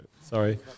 Sorry